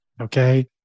okay